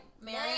Mary